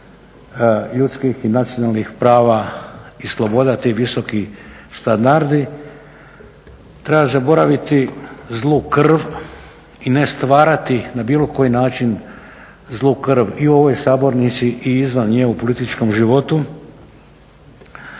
ljudskih i nacionalnih prava i sloboda, ti visoki standardi. Treba zaboraviti zlu krv i ne stvarati na bilo koji način zlu krv i u ovoj sabornici i izvan nje u političkom životu.